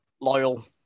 loyal